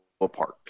apart